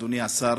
אדוני השר,